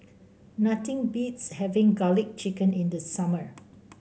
nothing beats having garlic chicken in the summer